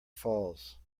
falls